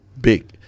big